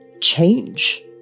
change